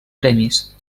premis